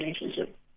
relationship